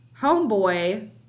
homeboy